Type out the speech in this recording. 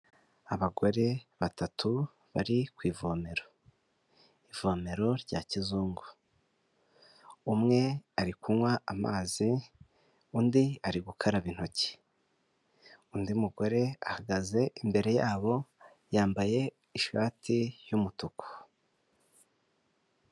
Abagore batatu bari ku ivomera, ivomero rya kizungu, umwe ari kunywa amazi, undi ari gukaraba intoki, undi mugore ahagaze imbere yabo yambaye ishati y'umutuku